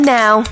now